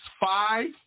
five